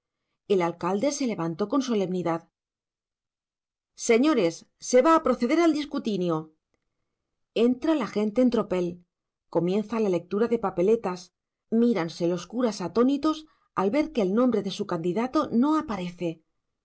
el alcalde se levantó con solemnidad señores se va a proceder al discutinio entra la gente en tropel comienza la lectura de papeletas míranse los curas atónitos al ver que el nombre de su candidato no aparece